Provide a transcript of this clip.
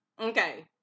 Okay